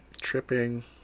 Tripping